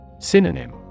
Synonym